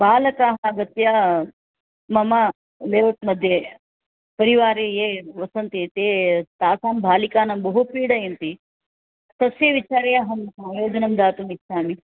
बालकाः आगत्य मम देवत्मध्ये परिवारे ये वसन्ति ते तासां बालिकानां बहु पीडयन्ति तस्य विचारे अहम् आयोजनं दातुमिच्छामि